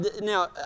now